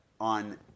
on